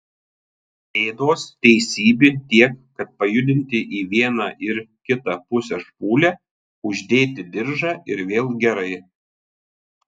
bėdos teisybė tiek kad pajudinti į vieną ir kitą pusę špūlę uždėti diržą ir vėl gerai